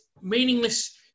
meaningless